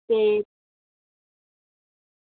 ते